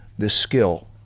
this skill.